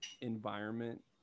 environment